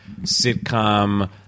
sitcom